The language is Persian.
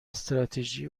استراتژی